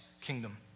kingdom